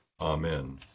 AMEN